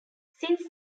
since